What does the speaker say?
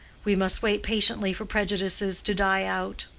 we must wait patiently for prejudices to die out.